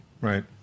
Right